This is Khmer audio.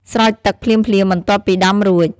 ស្រោចទឹកភ្លាមៗបន្ទាប់ពីដាំរួច។